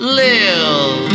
live